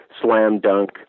slam-dunk